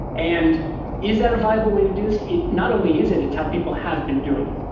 and is that a viable way to do it? not only is it. it's how people have been doing it.